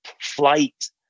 flight